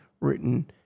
written